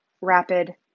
rapid